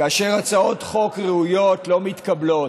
כאשר הצעות חוק ראויות לא מתקבלות,